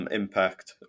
impact